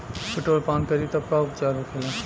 Petrol पान करी तब का उपचार होखेला?